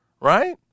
right